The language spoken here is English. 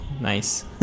Nice